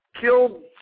killed